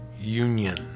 Union